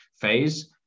phase